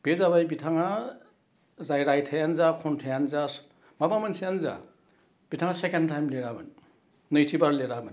बे जाबाय बिथाङा जाय रायथाइयानो जा खन्थाइयानो जा माबा मोनसेयानो जा बिथाङा सेकेन्ड टाइम लिरामोन नैथि बार लिरामोन